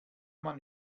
man